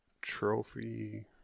Trophy